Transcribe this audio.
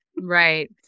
Right